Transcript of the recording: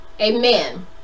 amen